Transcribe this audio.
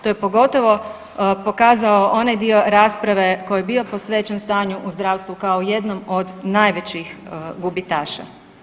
To je pogotovo pokazao onaj dio rasprave koji je bio posvećen stanju u zdravstvu kao jednom od najvećih gubitaša.